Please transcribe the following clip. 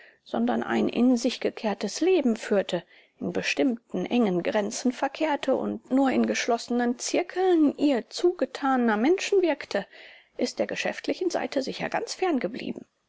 sondern ein in sich gekehrtes leben führte in bestimmten engen grenzen verkehrte und nur in geschlossenen zirkeln ihr zugetaner ner menschen wirkte ist der geschäftlichen seite sicher ganz